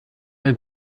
ein